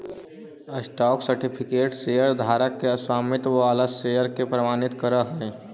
stock certificate शेयरधारक के स्वामित्व वाला शेयर के प्रमाणित करऽ हइ